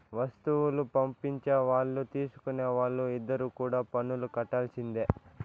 వస్తువులు పంపించే వాళ్ళు తీసుకునే వాళ్ళు ఇద్దరు కూడా పన్నులు కట్టాల్సిందే